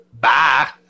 Bye